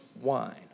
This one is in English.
wine